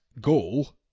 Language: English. goal